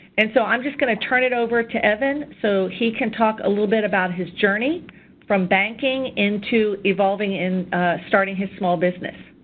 and so i'm just going to turn it over to evan so he can talk a little bit about his journey from banking into evolving and ah starting his small business.